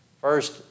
First